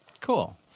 Cool